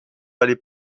vallée